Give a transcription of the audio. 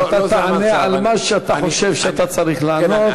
אתה תענה על מה שאתה חושב שאתה צריך לענות.